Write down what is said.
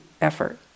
effort